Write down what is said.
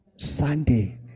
Sunday